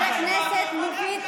בבקשה, חברת הכנסת מירב בן ארי.